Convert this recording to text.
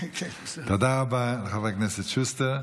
תודה רבה לחבר הכנסת שוסטר.